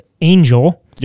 angel